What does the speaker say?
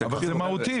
אבל זה מהותי.